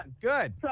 Good